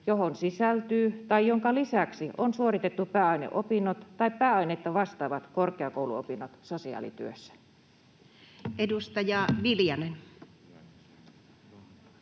johon sisältyy tai jonka lisäksi on suoritettu pääaineopinnot tai pääainetta vastaavat korkeakouluopinnot sosiaalityössä? [Speech